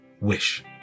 Wish